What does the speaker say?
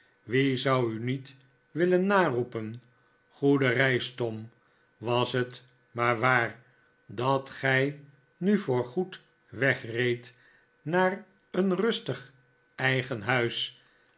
wie zou u niet willen naroepen goede reis tom was het maar waar dat gij nu voorgoed wegreedt naar een rustig eigen thuis